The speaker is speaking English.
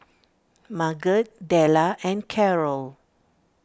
Marget Della and Karol